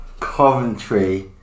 Coventry